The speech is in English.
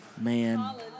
Man